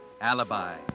Alibi